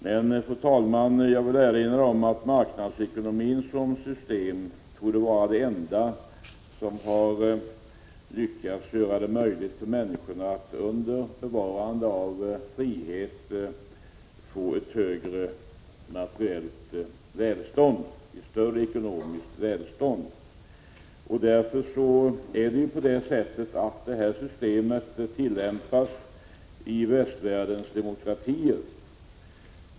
Jag vill emellertid erinra om att marknadsekonomin som system torde vara det enda system som har lyckats göra det möjligt för människorna att under bevarande av frihet skapa ett större ekonomiskt välstånd. Därför tillämpas också systemet i västvärldens demokratier.